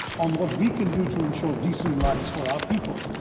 on what we can do to ensure decent lives for our people.